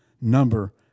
number